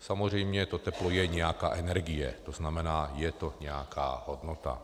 Samozřejmě to teplo je nějaká energie, to znamená, je to nějaká hodnota.